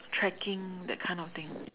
tracking that kind of thing